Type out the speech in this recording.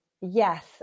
Yes